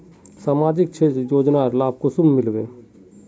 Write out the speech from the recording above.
सामाजिक क्षेत्र योजनार लाभ कुंसम मिलबे?